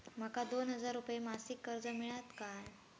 माका दोन हजार रुपये मासिक कर्ज मिळात काय?